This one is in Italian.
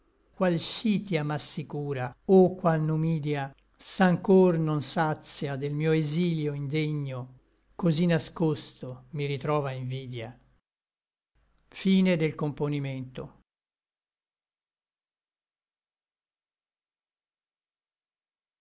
qual scithia m'assicura o qual numidia s'anchor non satia del mio exsilio indegno cosí nascosto mi ritrova invidia io